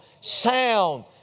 sound